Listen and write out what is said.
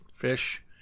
fish